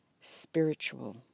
spiritual